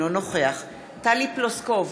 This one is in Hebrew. אינו נוכח טלי פלוסקוב,